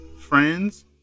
friends